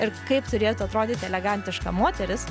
ir kaip turėtų atrodyti elegantiška moteris